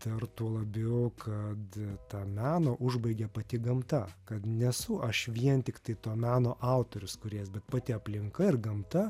dar tuo labiau kad tą meną užbaigia pati gamta kad nesu aš vien tiktai to meno autorius kūrėjas bet pati aplinka ir gamta